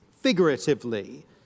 figuratively